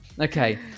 Okay